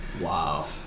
Wow